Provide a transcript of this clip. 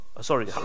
Sorry